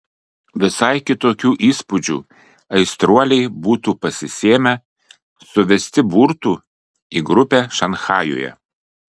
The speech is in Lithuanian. visai kitokių įspūdžių aistruoliai būtų pasisėmę suvesti burtų į grupę šanchajuje